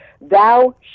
Thou